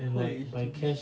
why a H_D_B